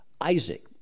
Isaac